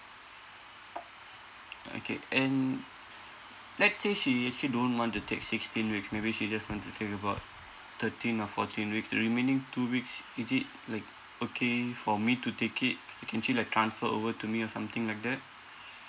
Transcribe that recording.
okay and let's say she actually don't want to take sixteen weeks maybe she just want to take about thirteen or fourteen weeks the remaining two weeks is it like okay for me to take it can she like transfer over to me or something like that